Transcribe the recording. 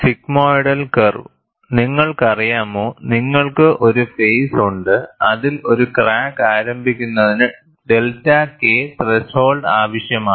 sigmoidal curve നിങ്ങൾക്കറിയാമോ നിങ്ങൾക്ക് ഒരു ഫേസ് ഉണ്ട് അതിൽ ഒരു ക്രാക്ക് ആരംഭിക്കുന്നതിന് ഡെൽറ്റ K ത്രെഷോൾഡ് ആവശ്യമാണ്